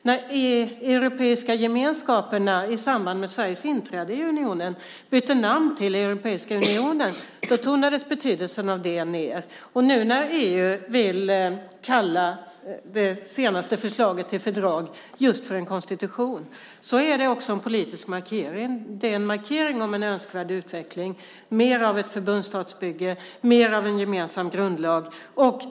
När Europeiska gemenskaperna i samband med Sveriges inträde bytte namn till Europeiska unionen tonades betydelsen av det ned, och nu när EU vill kalla det senaste förslaget till fördrag för just en konstitution är också det en politisk markering. Det är en markering om en önskvärd utveckling med mer av ett förbundsstatsbygge, mer av en gemensam grundlag.